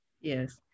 Yes